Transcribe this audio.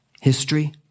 history